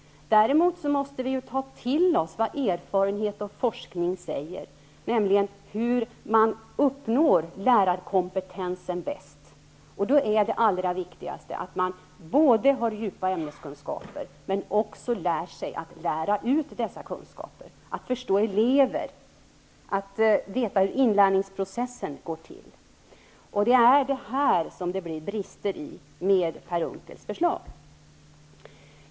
Däremot måste vi ta till oss vad erfarenhet och forskning visar om hur man uppnår lärarkompetensen bäst. Då är det allra viktigaste att man både har djupa ämneskunskaper och lär sig att lära ut dessa kunskaper, förstår elever och vet hur inlärningsprocessen är. Det är här som det blir brister med Per Unckels förslag.